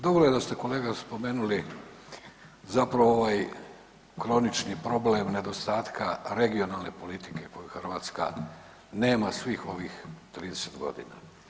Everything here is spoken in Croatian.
Dobro je da ste kolega spomenuli zapravo ovaj kronični problem nedostatka regionalne politike koju Hrvatska nema svih ovih 30 godina.